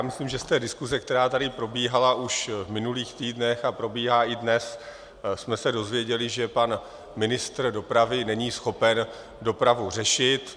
Myslím, že z té diskuse, která tady probíhala už v minulých týdnech a probíhá i dnes, jsme se dozvěděli, že pan ministr dopravy není schopen dopravu řešit.